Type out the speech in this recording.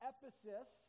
Ephesus